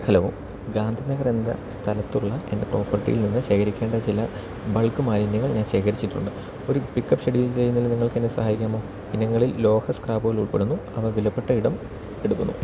hello Gandhi നഗറെന്ന സ്ഥലത്തുള്ള എന്റെ പ്രോപ്പർട്ടിയിൽ നിന്ന് ശേഖരിക്കേണ്ട ചില ബൾക്ക് മാലിന്യങ്ങൾ ഞാൻ ശേഖരിച്ചിട്ടുണ്ട് ഒരു പിക്കപ്പ് ഷെഡ്യൂൾ ചെയ്യുന്നതിന് നിങ്ങൾക്കെന്നെ സഹായിക്കാമോ ഇനങ്ങളിൽ ലോഹ സ്ക്രാപ്പുകൾ ഉൾപ്പെടുന്നു അവ വിലപ്പെട്ട ഇടം എടുക്കുന്നു